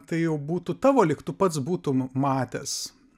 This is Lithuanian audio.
tai jau būtų tavo lyg tu pats būtum matęs